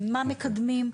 מה מקדמים.